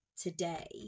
today